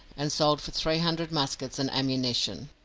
and sold for three hundred muskets and ammunition.